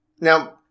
Now